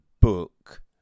book